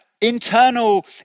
internal